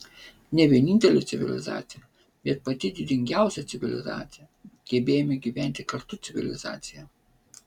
ne vienintelė civilizacija bet pati didingiausia civilizacija gebėjimo gyventi kartu civilizacija